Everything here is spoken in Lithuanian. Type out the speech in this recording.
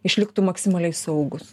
išliktų maksimaliai saugūs